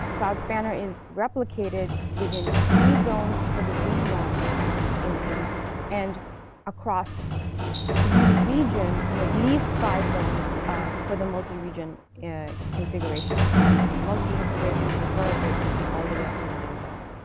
cloud spanner is replicated within three zones for the regional um instance and across three regions and at least five zones for the multi-region configurations. and multi-region configurations differ, so it could be all the way up to nine zones.